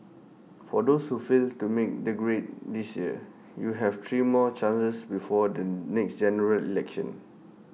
for those who failed to make the grade this year you have three more chances before the next General Election